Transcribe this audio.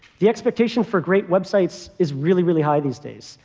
the expectation for great websites is really, really high these days.